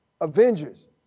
Avengers